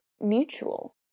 mutual